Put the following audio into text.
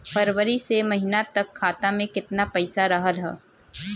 फरवरी से मई तक खाता में केतना पईसा रहल ह?